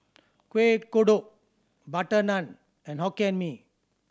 Kueh Kodok butter naan and Hokkien Mee